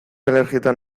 alergietan